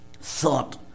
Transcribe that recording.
thought